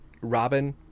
Robin